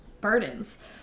burdens